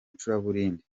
icuraburindi